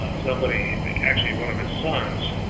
um somebody actually one of his sons,